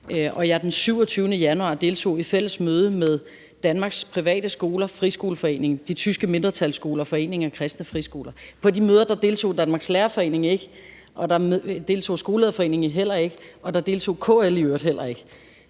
og jeg den 27. januar deltog i et fælles møde med Danmarks Private Skoler og Dansk Friskoleforening, de tyske mindretalsskoler og Foreningen af Kristne Friskoler. På de møder deltog Danmarks Lærerforening ikke, der deltog Skolelederforeningen heller ikke, der deltog KL i øvrigt heller ikke,